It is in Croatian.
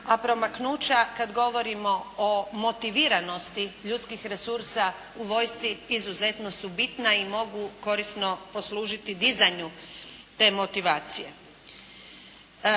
a promaknuća, kad govorimo o motiviranosti ljudskih resursa u vojsci, izuzetno su bitna i mogu korisno poslužiti dizanju te motivacije.